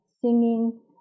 singing